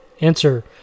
Answer